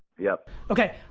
yep. okay.